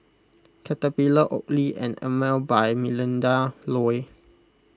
Caterpillar Oakley and Emel by Melinda Looi